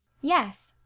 yes